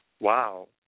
wow